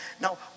Now